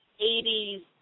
80s